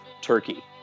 turkey